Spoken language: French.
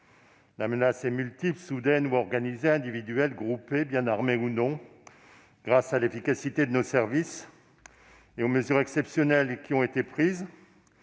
La menace est multiple, soudaine ou organisée, individuelle ou groupée, bien armée ou non. Grâce à l'efficacité de nos services et aux mesures exceptionnelles qui ont été prises